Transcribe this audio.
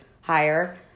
higher